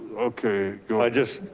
okay you know i just,